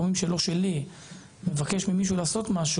אני ניסיתי בכוחותיי וזה המקסימום שיכולתי להגיע,